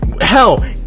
Hell